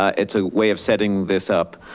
it's a way of setting this up.